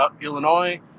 Illinois